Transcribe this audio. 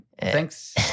Thanks